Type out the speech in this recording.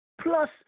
Plus